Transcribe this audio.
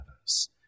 others